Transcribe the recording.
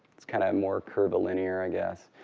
it's kind of more curvilinear i guess,